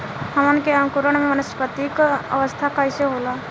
हमन के अंकुरण में वानस्पतिक अवस्था कइसे होला?